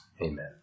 Amen